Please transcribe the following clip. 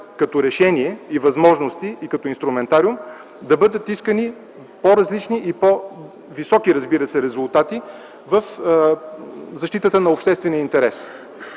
като решение и възможности и като инструментариум, да бъдат искани по-различни и по-високи, разбира се, резултати в защита на обществения интерес.